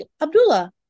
abdullah